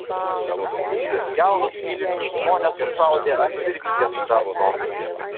naciai šiuos jaunus mylinčius žmones sušaudė ant virvytės kranto